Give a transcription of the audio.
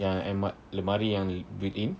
yang almari yang built-in